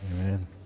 Amen